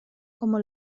como